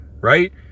right